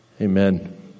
Amen